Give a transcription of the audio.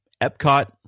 Epcot